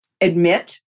admit